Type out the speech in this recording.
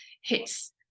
hits